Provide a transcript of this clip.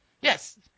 Yes